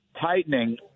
tightening